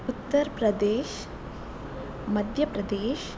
Uttara Pradesh Madhya Pradesh